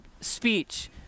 speech